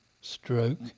stroke